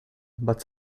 but